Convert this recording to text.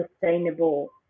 sustainable